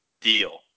Deal